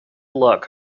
luck